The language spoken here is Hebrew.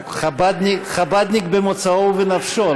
הוא חב"דניק במוצאו ובנפשו.